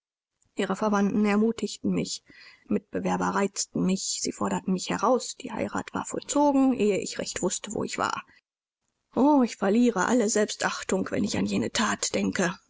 ihre verwandten ermutigten mich mitbewerber reizten mich sie forderte mich heraus die heirat war vollzogen ehe ich recht wußte wo ich war o ich verliere alle selbstachtung wenn ich an jene that denke